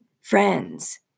friends